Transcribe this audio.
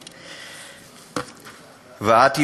ואת,